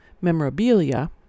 memorabilia